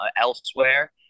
elsewhere